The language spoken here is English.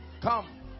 Come